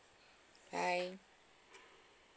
bye